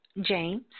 James